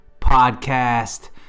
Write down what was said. podcast